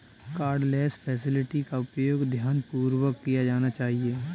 cardless facility का उपयोग ध्यानपूर्वक किया जाना चाहिए